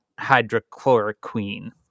hydrochloroquine